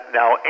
now